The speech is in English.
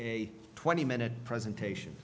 a twenty minute presentation